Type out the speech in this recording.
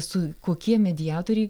su kokie mediatoriai